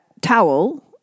towel